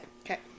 Okay